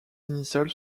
initiales